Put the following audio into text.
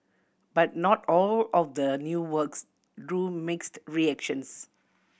but not all of the new works drew mixed reactions